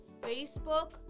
Facebook